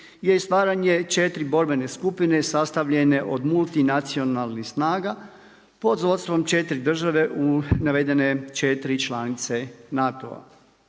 je stvaranje 4 borbene skupine sastavljene od multinacionalnih snaga, pod vodstvom 4 države u navedene 4 članice NATO-a.